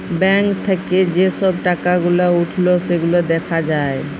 bank থাক্যে যে সব টাকা গুলা উঠল সেগুলা দ্যাখা যায়